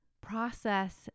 process